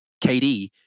KD